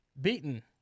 beaten